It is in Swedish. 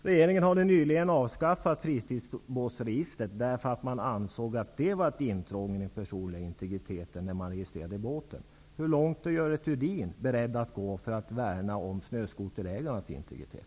Regeringen har nyligen avskaffat fritidsbåtsregistret, eftersom man ansåg att det är ett intrång i den personliga integriteten att registrera båtar. Hur långt är Görel Thurdin beredd att gå för att värna om snöskoterägarnas integritet?